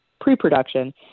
pre-production